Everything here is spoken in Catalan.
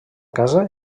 casa